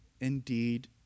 indeed